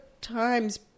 times